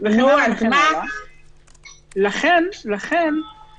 אני מבינה מה הרציונל, רק זה כתוב לא טוב.